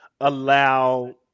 allow